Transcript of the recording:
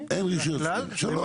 אין רישוי עצמי, שלום.